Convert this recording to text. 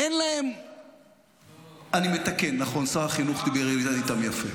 אני מעליב את משפחות החטופים?